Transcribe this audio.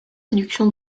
réductions